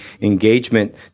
engagement